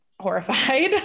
horrified